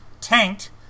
tanked